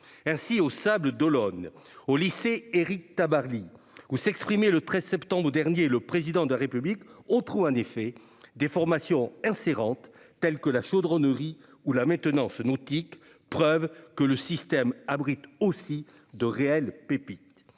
Ainsi, au lycée Éric-Tabarly des Sables-d'Olonne, où s'exprimait, le 13 septembre dernier, le Président de la République, on trouve en effet des formations « insérantes », telles que la chaudronnerie ou la maintenance nautique, preuve que le système abrite aussi de réelles pépites.